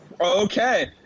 Okay